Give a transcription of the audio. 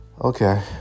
Okay